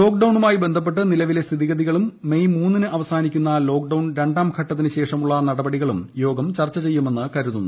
ലോക്ഡൌണുമായി ബന്ധപ്പെട്ട് നിലവിലെ സ്ഥിതിഗതികളും മെയ് മൂന്നിന് അവസാനിക്കുന്ന ലോക്ഡൌൺ രണ്ടാം ഘട്ടത്തിനു ശേഷമുള്ള നടപടികളും യോഗും പൂ ചർച്ച ചെയ്യുമെന്ന് കരുതപ്പെടുന്നു